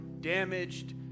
damaged